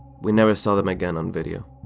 we never saw them again on video.